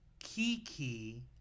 Kiki